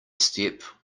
step